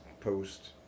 post